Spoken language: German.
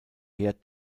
heer